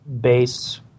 base